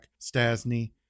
Stasny